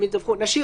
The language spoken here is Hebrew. נשאיר